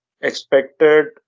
expected